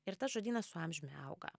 ir tas žodynas su amžiumi auga